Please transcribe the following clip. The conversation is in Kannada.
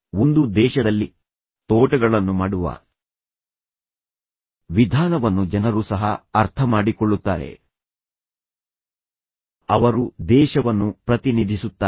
ಒಂದು ದೇಶದಲ್ಲಿ ತೋಟಗಳನ್ನು ಮಾಡುವ ವಿಧಾನವನ್ನು ಜನರು ಸಹ ಅರ್ಥಮಾಡಿಕೊಳ್ಳುತ್ತಾರೆ ಅವರು ದೇಶವನ್ನು ಪ್ರತಿನಿಧಿಸುತ್ತಾರೆ